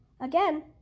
Again